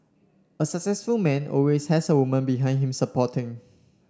a successful man always has a woman behind him supporting